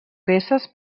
peces